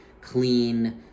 clean